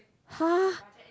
!huh!